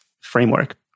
framework